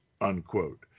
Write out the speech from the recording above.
unquote